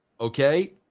okay